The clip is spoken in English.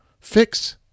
fix